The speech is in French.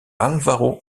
álvaro